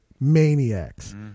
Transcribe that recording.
maniacs